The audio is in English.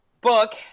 book